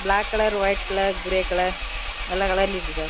block colour white colour grey colour எல்லா கலர்லேயும் இருக்குது சார்